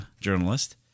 journalist